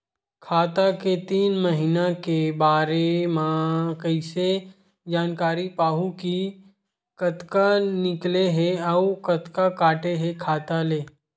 खाता के तीन महिना के बारे मा कइसे जानकारी पाहूं कि कतका निकले हे अउ कतका काटे हे खाता ले?